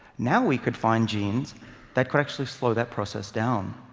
now we could find genes that could actually slow that process down.